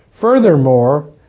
Furthermore